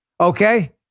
Okay